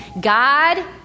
God